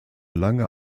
lange